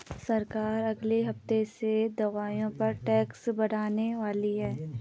सरकार अगले हफ्ते से दवाइयों पर टैक्स बढ़ाने वाली है